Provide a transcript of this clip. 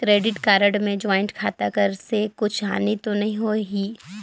Credit card मे joint खाता कर से कुछ हानि तो नइ होही?